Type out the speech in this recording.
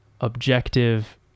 objective